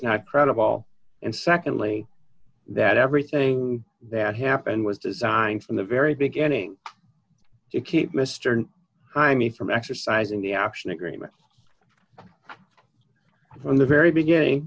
not credible and secondly that everything that happened was designed from the very beginning to keep mr jaimie from exercising the option agreement from the very beginning